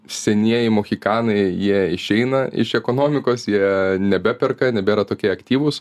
senieji mochikanai jie išeina iš ekonomikos jie nebeperka nebėra tokie aktyvūs